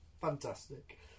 fantastic